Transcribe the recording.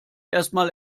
erstmal